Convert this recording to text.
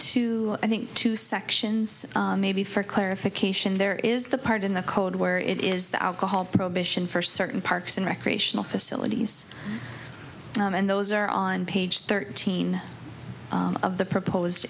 two i think two sections maybe for clarification there is the part in the code where it is the alcohol prohibition for certain parks and recreational facilities and those are on page thirteen of the proposed